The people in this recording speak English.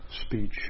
speech